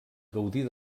gaudir